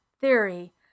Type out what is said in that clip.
theory